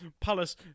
Palace